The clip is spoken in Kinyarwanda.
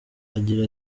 agira